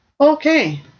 Okay